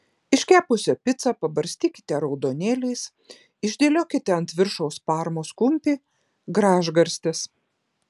iškepusią picą pabarstykite raudonėliais išdėliokite ant viršaus parmos kumpį gražgarstes